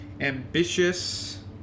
ambitious